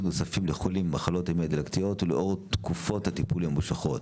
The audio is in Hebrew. נוסף לחולים במחלות מעי דלקתיות לאור תקופות הטיפול הממושכות.